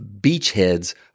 beachheads